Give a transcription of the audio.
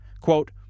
quote